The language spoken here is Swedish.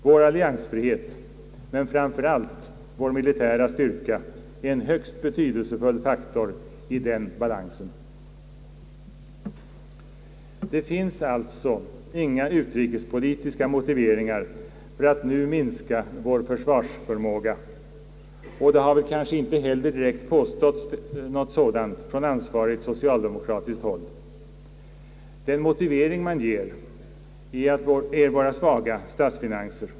Vår alliansfrihet, men framför allt vår militära styrka är en högst betydelsefull faktor i den balansen. Det finns alltså inga utrikespolitiska motiveringar för att nu minska vår försvarsförmåga, och det har väl kanske inte heller direkt påståtts något sådant från ansvarigt socialdemokratiskt håll. Den motivering man ger är våra svaga statsfinanser.